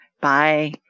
Bye